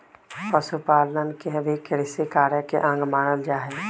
पशुपालन के भी कृषिकार्य के अंग मानल जा हई